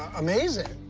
amazing.